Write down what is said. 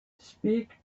speak